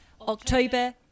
october